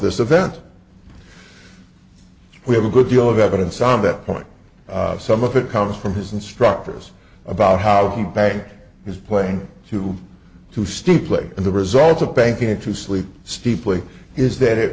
this event we have a good deal of evidence on that point some of it comes from his instructors about how the bank is playing to two steeply and the results of banking to sleep steeply is that it